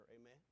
amen